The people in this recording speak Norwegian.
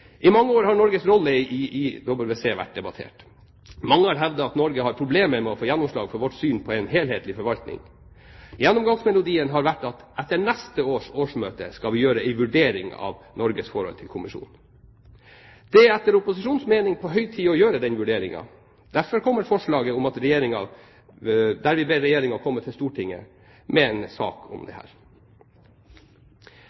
I mange år har Norges rolle i IWC, Den internasjonale hvalfangstkommisjonen, vært debattert. Mange har hevdet at Norge har problemer med å få gjennomslag for sitt syn på en helhetlig forvaltning. Gjennomgangsmelodien har vært at etter neste års årsmøte skal vi gjøre en vurdering av Norges forhold til kommisjonen. Det er etter opposisjonens mening på høy tid å gjøre den vurderingen. Derfor kommer et forslag der vi ber Regjeringen om å komme til Stortinget med en sak om